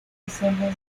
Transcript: reservas